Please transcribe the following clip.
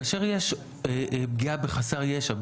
כאשר יש פגיעה בחסר ישע,